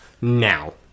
now